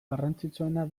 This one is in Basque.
garrantzitsuena